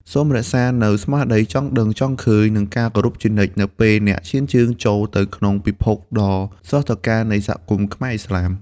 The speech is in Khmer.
សូមរក្សានូវស្មារតីចង់ដឹងចង់ឃើញ និងការគោរពជានិច្ច នៅពេលអ្នកឈានជើងចូលទៅក្នុងពិភពដ៏ស្រស់ត្រកាលនៃសហគមន៍ខ្មែរឥស្លាម។